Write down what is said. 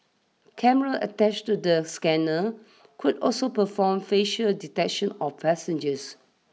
cameras attached to the scanner would also perform facial detection of passengers